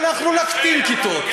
אנחנו נקטין כיתות,